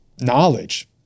knowledge